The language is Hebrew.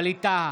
ווליד טאהא,